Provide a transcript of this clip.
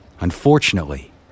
Unfortunately